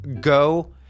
go